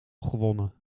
gewonnen